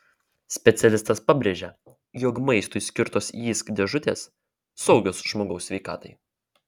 specialistas pabrėžia jog maistui skirtos jysk dėžutės saugios žmogaus sveikatai